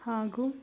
ಹಾಗೂ